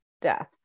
death